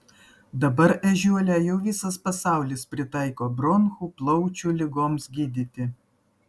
dabar ežiuolę jau visas pasaulis pritaiko bronchų plaučių ligoms gydyti